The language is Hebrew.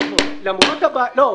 לא,